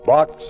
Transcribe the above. Box